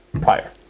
prior